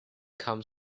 come